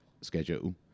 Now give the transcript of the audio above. schedule